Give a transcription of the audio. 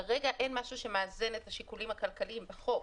כרגע אין משהו שמאזן את השיקולים הכלכליים בחוק,